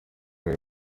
yari